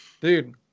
Dude